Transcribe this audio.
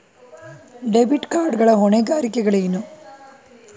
Debit card ಗಳ ಹೊಣೆಗಾರಿಕೆಗಳೇನು?